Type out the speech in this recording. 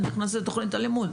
נכנס לתכנית הלימוד?